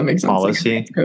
policy